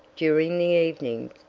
during the evenings,